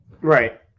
Right